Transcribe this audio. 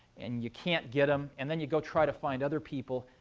and you can't get them. and then you go try to find other people.